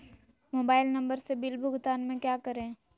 Mobile number से bill भुगतान में क्या करें?